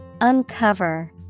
Uncover